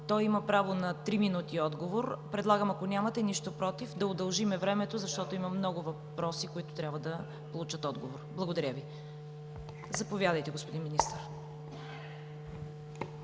той има право на три минути отговор. Предлагам, ако нямате против, да удължим времето, защото има много въпроси, които трябва да получат отговор. Благодаря Ви. Заповядайте, господин Министър.